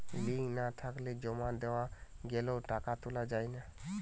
Link না থাকলে জমা দেওয়া গেলেও টাকা তোলা য়ায় না কেন?